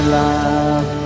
love